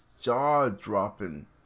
jaw-dropping